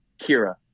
Kira